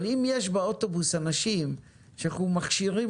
אבל אם יש באוטובוס אנשים שאנחנו מכשירים